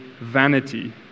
vanity